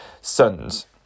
sons